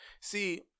See